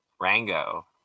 Rango